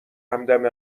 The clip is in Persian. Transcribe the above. همدم